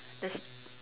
the